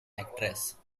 actress